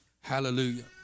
Hallelujah